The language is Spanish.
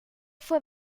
fue